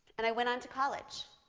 and i went on to college,